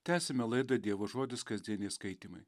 tęsiame laidą dievo žodis kasdieniai skaitymai